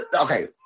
Okay